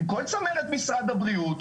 עם כל צמרת משרד הבריאות,